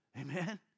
Amen